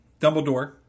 Dumbledore